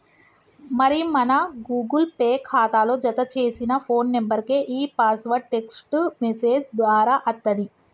మరి మన Google Pay ఖాతాలో జతచేసిన ఫోన్ నెంబర్కే ఈ పాస్వర్డ్ టెక్స్ట్ మెసేజ్ దారా అత్తది